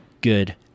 good